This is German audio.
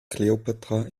kleopatra